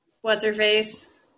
what's-her-face